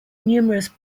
numerous